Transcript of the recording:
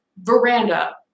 Veranda